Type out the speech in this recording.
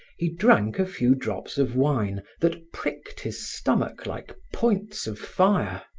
he drank a few drops of wine that pricked his stomach like points of fire.